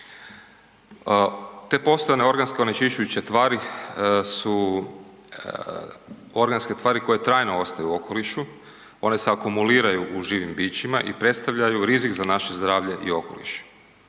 Te postojane organske onečišćujuće tvari su organske tvari koje trajno ostaju u okolišu, one se akumuliraju u živim bićima i predstavljaju rizik za naše zdravlje i okoliš.